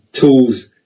tools